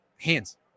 hands